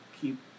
keep